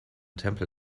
tempel